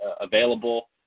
available